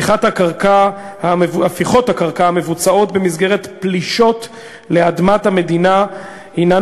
הפיכות הקרקע המבוצעות במסגרת פלישות לאדמת המדינה הנן